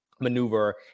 maneuver